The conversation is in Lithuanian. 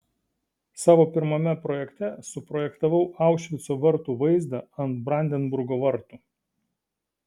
savo pirmame projekte suprojektavau aušvico vartų vaizdą ant brandenburgo vartų